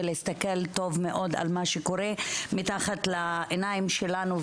ולהסתכל טוב מאוד על מה שקורה מתחת לעיניים שלנו,